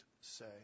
say